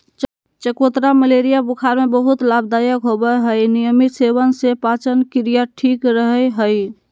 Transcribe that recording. चकोतरा मलेरिया बुखार में बहुत लाभदायक होवय हई नियमित सेवन से पाचनक्रिया ठीक रहय हई